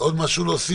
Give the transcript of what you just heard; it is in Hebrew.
אדוני